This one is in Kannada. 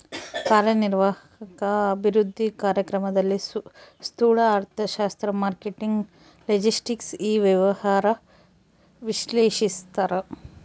ಕಾರ್ಯನಿರ್ವಾಹಕ ಅಭಿವೃದ್ಧಿ ಕಾರ್ಯಕ್ರಮದಲ್ಲಿ ಸ್ತೂಲ ಅರ್ಥಶಾಸ್ತ್ರ ಮಾರ್ಕೆಟಿಂಗ್ ಲಾಜೆಸ್ಟಿಕ್ ಇ ವ್ಯವಹಾರ ವಿಶ್ಲೇಷಿಸ್ತಾರ